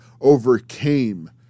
overcame